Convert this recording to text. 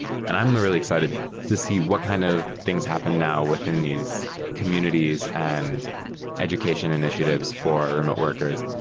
and i'm really excited to see what kind of things happen now within these communities and education initiatives for remote workers.